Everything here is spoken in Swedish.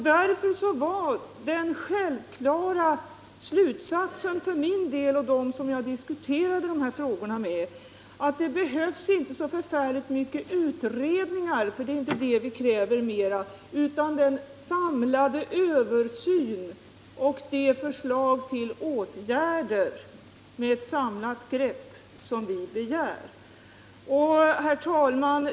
Därför blev den självklara slutsatsen för mig och dem som jag nu diskuterade de här frågorna med att det behövs inte så oerhört många utredningar utan den samlade översyn och de förslag till åtgärder med ett samlat grepp som vi begär. Herr talman!